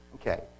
Okay